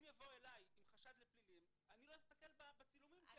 אם יבואו אלי עם חשד לפלילים אני לא אסתכל בצילומים כי